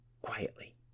Quietly